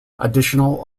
additional